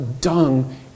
dung